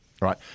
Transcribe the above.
right